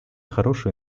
хорошие